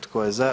Tko je za?